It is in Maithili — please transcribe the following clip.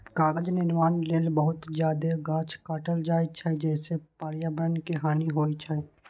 कागज निर्माण लेल बहुत जादे गाछ काटल जाइ छै, जइसे पर्यावरण के हानि होइ छै